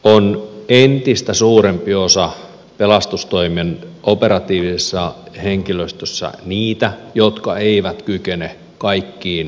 on entistä suurempi osa pelastustoimen operatiivisessa henkilöstössä niitä jotka eivät kykene kaikkiin